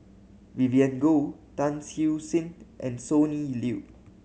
Vivien Goh Tan Siew Sin and Sonny Liew